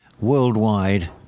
worldwide